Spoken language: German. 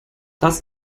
das